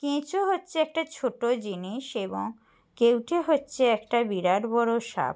কেঁচো হচ্চে একটা ছোটো জিনিস এবং কেউটে হচ্চে একটা বিরাট বড়ো সাপ